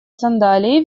сандалии